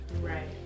Right